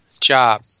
job